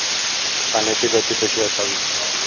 पाण्याची गती कशी असावी?